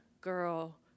girl